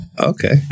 Okay